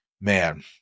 man